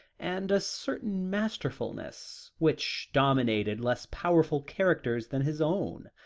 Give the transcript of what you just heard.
and a certain masterfulness, which dominated less powerful characters than his own.